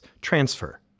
transfer